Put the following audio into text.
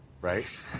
Right